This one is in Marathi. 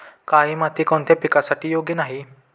काळी माती कोणत्या पिकासाठी योग्य नाही?